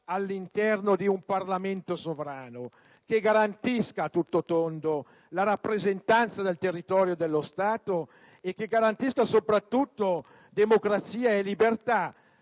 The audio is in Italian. all'interno di un Parlamento sovrano che garantisca a tutto tondo la rappresentanza del territorio dello Stato e, soprattutto, democrazia e libertà,